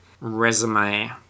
resume